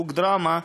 חוג דרמה,